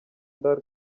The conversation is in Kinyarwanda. d’arc